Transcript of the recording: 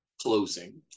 closing